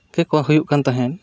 ᱜᱮᱠᱚ ᱦᱩᱭᱩᱜ ᱠᱟᱱ ᱛᱟᱦᱮᱸᱫ